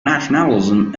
nationalism